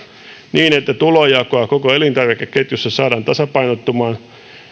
niin että tulonjakoa koko elintarvikeketjussa saadaan tasapainottumaan